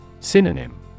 Synonym